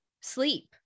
sleep